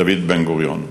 דוד בן-גוריון.